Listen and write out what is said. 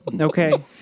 Okay